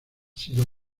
sido